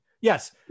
yes